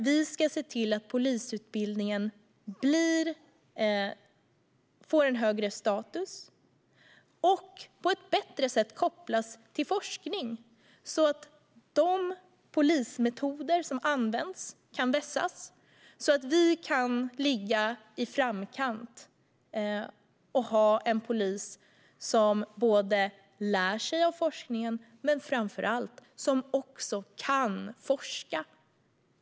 Vi ska se till att polisutbildningen får en högre status och på ett bättre sätt kopplas till forskning, så att de polismetoder som används kan vässas och så att vi kan ligga i framkant och ha en polis som lär sig av forskningen men, framför allt, också kan forska.